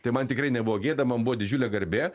tai man tikrai nebuvo gėda man buvo didžiulė garbė